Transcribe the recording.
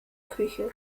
küche